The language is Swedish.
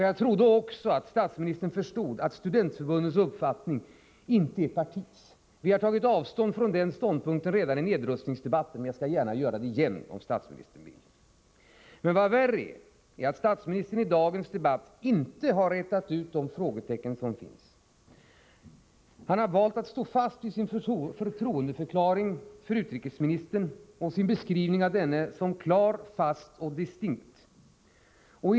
Jag trodde också att statsministern förstod att Studentförbundets uppfattning inte är vårt partis uppfattning. Vi tog avstånd från ståndpunkten i fråga redan under nedrustningsdebatten, men jag skall, om statsministern vill, gärna göra det igen. Vad värre är är att statsministern i dagens debatt inte har rätat ut de frågetecken som finns. Han har valt att stå fast vid sin förtroendeförklaring när det gäller utrikesministern och vid sin beskrivning av denne som klar, fast och distinkt.